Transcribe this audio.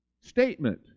statement